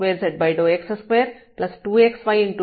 ఈ లెక్చర్స్ ను తయారు చేయడానికి మేము ఈ రిఫరెన్సు లను ఉపయోగించాం